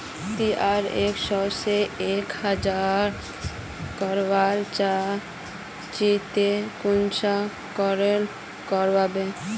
ती अगर एक सो से एक हजार करवा चाँ चची ते कुंसम करे करबो?